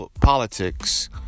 politics